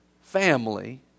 family